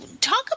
Talk